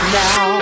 now